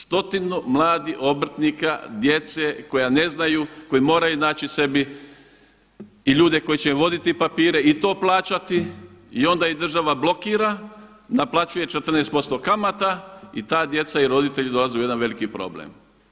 Stotinu mladih obrtnika, djece koja ne znaju, koja moraju naći sebi i ljude koji će voditi papire i to plaćati i onda ih država blokira, naplaćuje, naplaćuje 14% kamata i ta djeca i roditelji dolaze u jedan veliki problem.